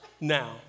now